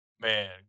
man